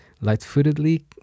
light-footedly